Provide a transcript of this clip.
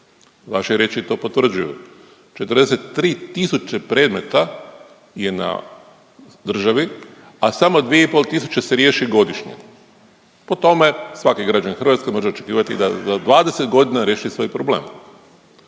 Vaše riječi to potvrđuju. 43 tisuće predmeta je na državi, a samo 2,5 tisuće se riješi godišnje, po tome svaki građanin Hrvatske može očekivati da za 20 godina riješi svoj problem.